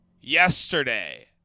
Yesterday